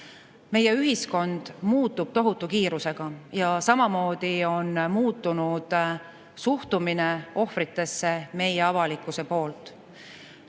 Meie ühiskond muutub tohutu kiirusega ja samamoodi on muutunud suhtumine ohvritesse meie avalikkuse poolt.